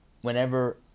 whenever